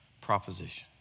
proposition